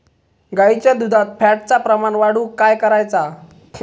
गाईच्या दुधात फॅटचा प्रमाण वाढवुक काय करायचा?